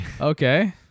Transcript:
okay